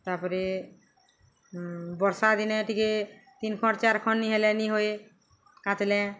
ତା'ପରେ ବର୍ଷା ଦିନେ ଟିକେ ତିନ୍ ଖଣ୍ ଚାର୍ ଖଣ୍ ନି ହେଲେ ନି ହୁଏ କାଚ୍ଲେ